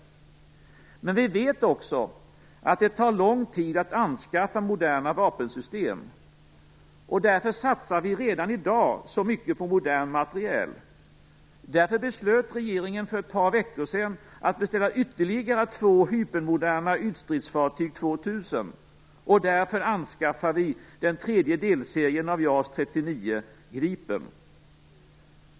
Men vi vet också att det tar lång tid att anskaffa moderna vapensystem, och därför satsar vi redan i dag så mycket på modern materiel. Därför beslutade regeringen för ett par veckor sedan att beställa ytterligare två hypermoderna ytstridsfartyg 2 000, och därför anskaffar vi den tredje delserien av JAS 39 Gripen.